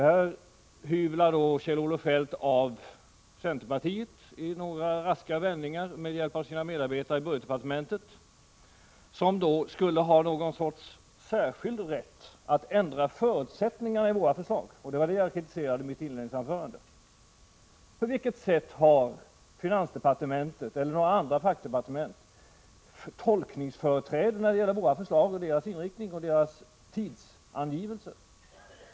Kjell-Olof Feldt hyvlar av centerpartiet i några raska vändningar med hjälp av sina medarbetare i finansdepartementet, som om de skulle ha någon sorts särskild rätt att ändra förutsättningarna i våra förslag. Det var det jag kritiserade i mitt inledningsanförande. På vilket sätt har finansdepartementet eller några andra fackdepartement tolkningsföreträde när det gäller våra förslag, deras inriktning och deras tidsangivelser?